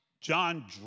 John